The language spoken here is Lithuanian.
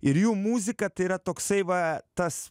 ir jų muzika tai yra toksai va tas